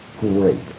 great